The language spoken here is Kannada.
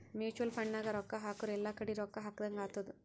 ಮುಚುವಲ್ ಫಂಡ್ ನಾಗ್ ರೊಕ್ಕಾ ಹಾಕುರ್ ಎಲ್ಲಾ ಕಡಿ ರೊಕ್ಕಾ ಹಾಕದಂಗ್ ಆತ್ತುದ್